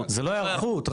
לא היערכות,